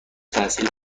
تحصیل